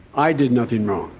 i did nothing wrong.